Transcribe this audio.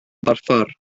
borffor